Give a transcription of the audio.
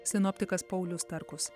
sinoptikas paulius starkus